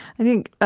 i think